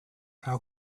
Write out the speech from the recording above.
how